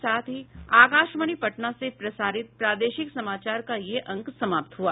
इसके साथ ही आकाशवाणी पटना से प्रसारित प्रादेशिक समाचार का ये अंक समाप्त हुआ